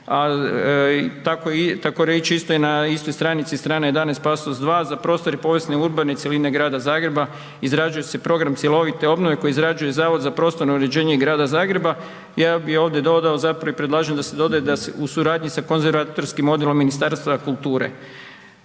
takoreći isto na istoj stranici str. 11. pasus 2 „Za prostor i povijesne urbane cjeline Grada Zagreba izrađuje se program cjelovite obnove koji izrađuje Zavod za prostorno uređenje i Grada Zagreba, ja bi ovdje i predlažem da se doda u suradnji sa Konzervatorskim odjelom Ministarstva kulture.“